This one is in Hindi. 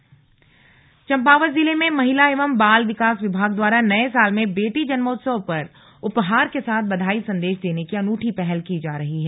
बेटी जन्मोत्सव चम्पावत जिले में महिला एवं बाल विकास विभाग द्वारा नये साल में बेटी जन्मोत्सव पर उपहार के साथ बधाई संदेश देने की अनूठी पहल की जा रही है